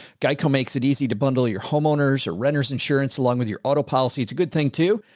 geico makes it easy to bundle your homeowner's or renter's insurance along with your auto policy. it's a good thing too,